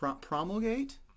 promulgate